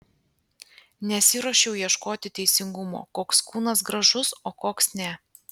nesiruošiau ieškoti teisingumo koks kūnas gražus o koks ne